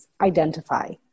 identify